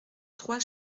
trois